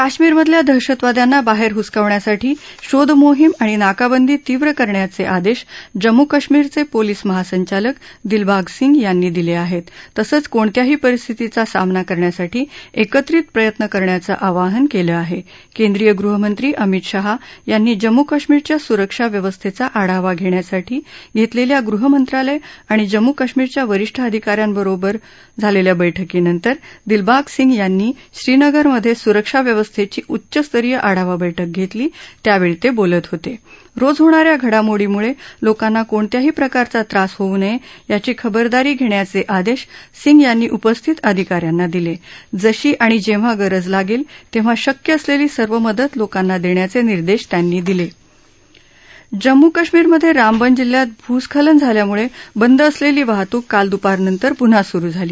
काश्मिरमधल्या दहशतवादयांना बाह्य हसकवण्यासाठी शोधमोहिम आणि नाकाबंदी तीव्र करण्याच आदश्व जम्मू कश्मीरच पोलीस महासंचालक दिलबाग सिंग यांनी दिल आहप्र तसंच कोणत्याही परिस्थितीचा सामना करण्यासाठी एकत्रित प्रयत्न करण्याचं आवाहन कालं आहा केंद्रीय गृहमंत्री अमित शाह यांनी जम्मू कश्मीरच्या स्रक्षा व्यवस्थव्या आढावा घप्रयासाठी घप्रलप्रया गृहमंत्रालय आणि जम्मू कश्मीरच्या वरीष्ठ अधिकाऱ्यांबरोबर झालक्ष्या बैठकीनंतर दिलबाग सिंग यांनी श्रीनगरमध स्रक्षा व्यवस्थाची उच्च स्तरीय आढावा बैठक घप्तली त्यावछी त बोलत होत रोज होणाऱ्या घडामोडींम्ळ लोकांना कोणत्याही प्रकारचा त्रास होवू नय यांची खबरदारी घप्रयाच आदश सिंग यांनी उपस्थित अधिकाऱ्यांना दिल जशी आणि जव्हा गरज लागव्य तव्हा शक्य असलक्षी सर्व मदत लोकांना दप्प्याच निर्देश त्यांनी दिल जम्मू कश्मीरमध रामबन जिल्ह्यात भूस्खलन झाल्याम्ळ बंद असलब्री वाहतूक काल द्पारनंतर प्न्हा स्रु झाली